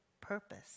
purpose